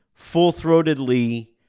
full-throatedly